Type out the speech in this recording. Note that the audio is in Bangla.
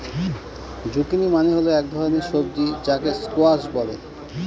জুকিনি মানে হল এক ধরনের সবজি যাকে স্কোয়াশ বলে